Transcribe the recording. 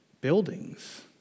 buildings